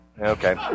Okay